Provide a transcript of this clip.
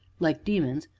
like demons,